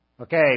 Okay